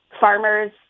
farmers